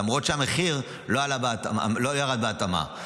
למרות שהמחיר לא ירד בהתאמה.